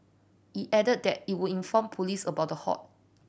it added that it would inform police about the hoax